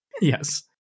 Yes